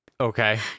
Okay